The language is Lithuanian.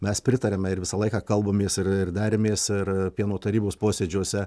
mes pritariame ir visą laiką kalbamės ir ir derimės ir pieno tarybos posėdžiuose